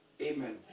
amen